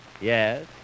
Yes